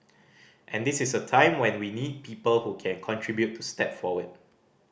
and this is a time when we need people who can contribute to step forward